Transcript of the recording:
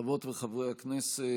חברות וחברי הכנסת,